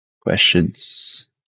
Questions